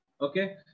Okay